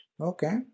Okay